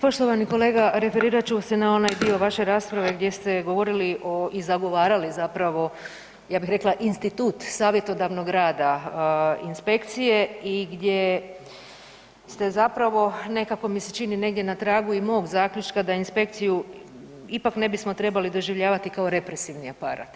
Poštovani kolega referirat ću se na onaj dio vaše rasprave gdje ste govorili i zagovarali zapravo ja bih rekao institut savjetodavnog rada inspekcije i gdje ste zapravo nekako mi se čini negdje na tragu i mog zaključka da inspekciju ipak ne bismo trebali doživljavati kao represivni aparat.